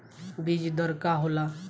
बीज दर का होला?